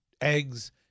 eggs